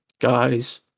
guys